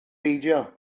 beidio